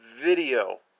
video